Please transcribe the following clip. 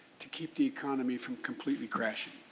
to keep the economy from completely crashing?